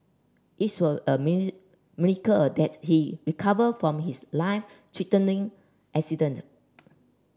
is were a miracle that he recovered from his life threatening accident